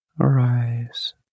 arise